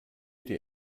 dir